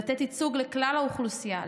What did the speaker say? לתת ייצוג לכלל האוכלוסייה.